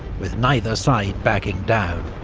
with neither side backing down.